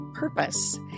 purpose